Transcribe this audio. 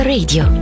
Radio